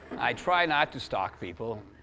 i try not to stalk people.